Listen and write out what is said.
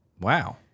Wow